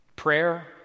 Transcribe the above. prayer